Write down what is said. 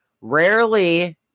Rarely